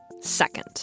second